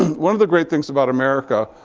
one of the great things about america,